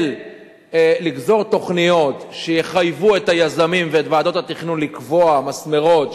לגזור תוכניות שיחייבו את היזמים ואת ועדות התכנון לקבוע מסמרות,